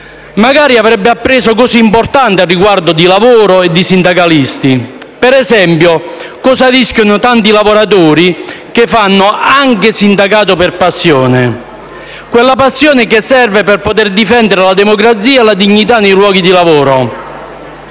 Magari avrebbe appreso cose importanti relativamente al lavoro e ai sindacalisti. Per esempio cosa rischiano i tanti lavoratori che fanno anche sindacato per passione, quella passione che serve per poter difendere la democrazia e la dignità nei luoghi di lavoro.